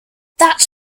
that